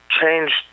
changed